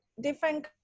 different